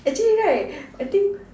actually right I think